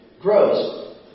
grows